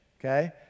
okay